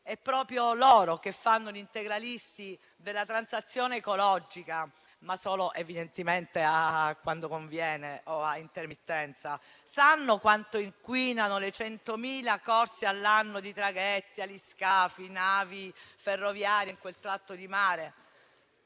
Proprio loro che fanno gli integralisti della transizione ecologica - ma solo evidentemente quando conviene o a intermittenza - sanno quanto inquinano le 100.000 corse all'anno di traghetti, aliscafi, navi ferroviarie in quel tratto di mare?